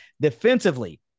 Defensively